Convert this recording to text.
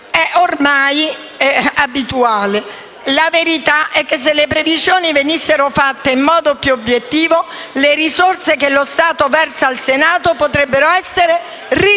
superiori. La verità è che se le previsioni venissero fatte in modo più obiettivo, le risorse che lo Stato versa al Senato potrebbero essere ridotte,